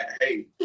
Hey